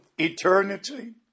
Eternity